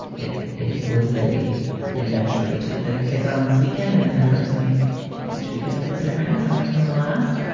it it was a adventure we took the kids on this weekend in an effort to make each we can feel different in some way from the last.